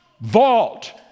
vault